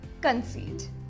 conceit